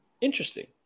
interesting